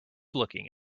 looking